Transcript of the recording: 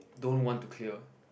don't want to clear